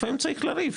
לפעמים צריך לריב,